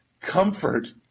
comfort